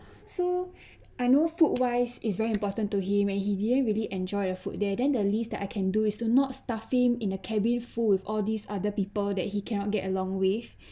so I know food wise is very important to him and he didn't really enjoy the food there then the least that I can do is to not stuff him in a cabin full with all these other people that he cannot get along with